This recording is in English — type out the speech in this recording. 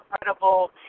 incredible